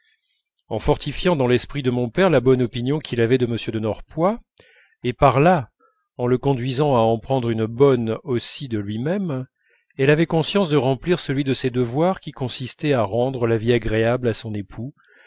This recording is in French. en fortifiant dans l'esprit de mon père la bonne opinion qu'il avait de m de norpois et par là en le conduisant à en prendre une bonne aussi de lui-même elle avait conscience de remplir celui de ses devoirs qui consistait à rendre la vie agréable à son époux